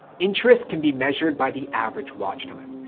interests can be measured by the average watch time.